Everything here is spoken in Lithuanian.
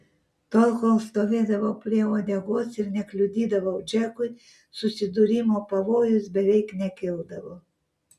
tol kol stovėdavau prie uodegos ir nekliudydavau džekui susidūrimo pavojus beveik nekildavo